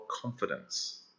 confidence